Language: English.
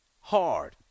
hard